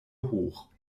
hoch